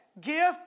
gift